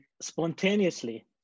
spontaneously